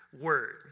word